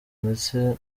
ndetse